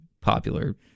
popular